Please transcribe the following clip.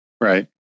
Right